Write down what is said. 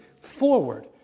forward